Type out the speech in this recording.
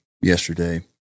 yesterday